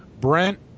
Brent